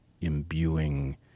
imbuing